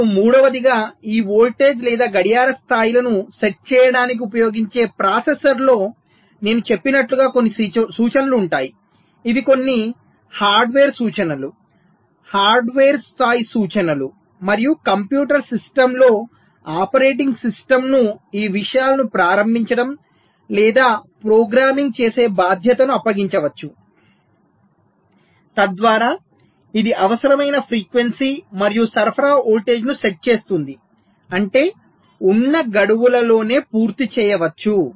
మరియు మూడవదిగా ఈ వోల్టేజ్ లేదా గడియార స్థాయిలను సెట్ చేయడానికి ఉపయోగించే ప్రాసెసర్లో నేను చెప్పినట్లు కొన్ని సూచనలు ఉంటాయి ఇవి కొన్ని హార్డ్వేర్ సూచనలు హార్డ్వేర్ స్థాయి సూచనలు మరియు కంప్యూటర్ సిస్టమ్లో ఆపరేటింగ్ సిస్టమ్ను ఈ విషయాలను ప్రారంభించడం లేదా ప్రోగ్రామింగ్ చేసే బాధ్యతను అప్పగించవచ్చు తద్వారా ఇది అవసరమైన ఫ్రీక్వెన్సీ మరియు సరఫరా వోల్టేజ్ను సెట్ చేస్తుంది అంటే ఉన్న గడువులలోనే పని పుర్తిచేయవచ్చు